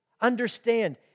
Understand